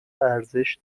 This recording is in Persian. ارزش